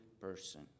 person